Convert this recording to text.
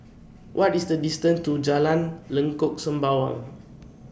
What IS The distance to Jalan Lengkok Sembawang